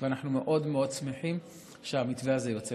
ואנחנו מאוד מאוד שמחים שהמתווה הזה יוצא לדרך.